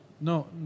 No